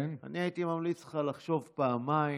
אני הייתי ממליץ לך לחשוב פעמיים.